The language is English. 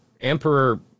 Emperor